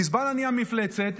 חיזבאללה נהיה מפלצת,